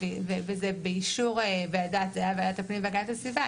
וזה באישור ועדת הפנים והגנת הסביבה,